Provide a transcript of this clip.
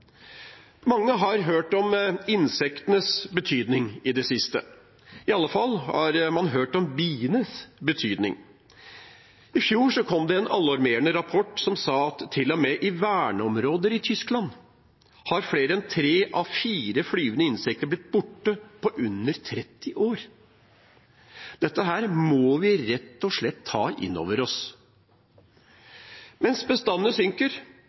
Mange har hørt om insektenes betydning i det siste, i alle fall har man hørt om bienes betydning. I fjor kom det en alarmerende rapport som sa at til og med i verneområder i Tyskland har flere enn tre av fire flyvende insekter blitt borte på under 30 år. Dette må vi rett og slett ta inn over oss. Mens bestandene synker,